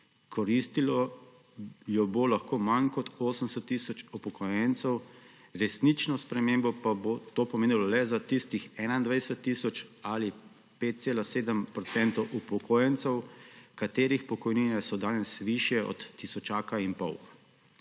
koristilo jo bo lahko manj kot 80 tisoč upokojencev, resnično spremembo pa bo to pomenilo le za tistih 21 tisoč ali 5,7 procenta upokojencev, katerih pokojnine so danes višje od tisočaka in pol.